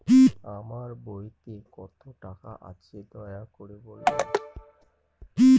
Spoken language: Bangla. আমার বইতে কত টাকা আছে দয়া করে বলবেন?